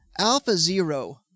AlphaZero